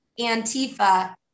Antifa